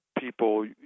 people